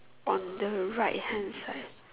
on the right hand side